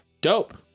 dope